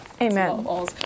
amen